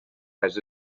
has